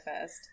first